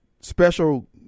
special